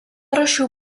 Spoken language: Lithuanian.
rūšių